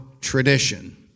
tradition